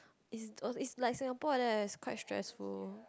is is like Singapore like that leh is quite stressful